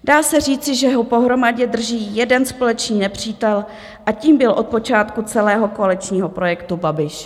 Dá se říci, že ho pohromadě drží jeden společný nepřítel a tím byl počátku celého koaličního projektu Babiš.